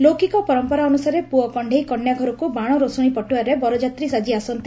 ଲୌକିକ ପରମ୍ପରା ଅନୁସାରେ ପୁଅ କଣ୍ଣେଇ କନ୍ୟା ଘରକୁ ବାଣ ରୋଷଣୀ ପଟିଆରେ ବରଯାତ୍ରୀ ସାକି ଆସନ୍ତି